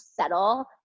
settle